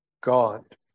God